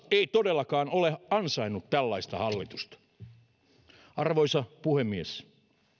ei todellakaan ole ansainnut tällaista hallitusta arvoisa puhemies